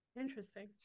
Interesting